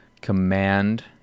command